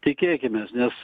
tikėkimės nes